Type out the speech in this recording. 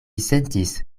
sentis